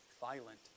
violent